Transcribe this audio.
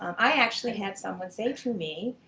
i actually had someone say to me,